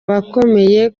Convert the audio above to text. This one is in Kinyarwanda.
bakomeye